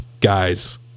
guys